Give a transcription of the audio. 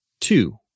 two